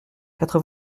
quatre